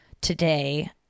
today